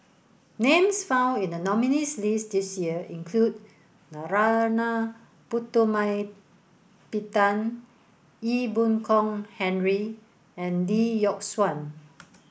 names found in the nominees' list this year include Narana Putumaippittan Ee Boon Kong Henry and Lee Yock Suan